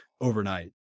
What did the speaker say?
overnight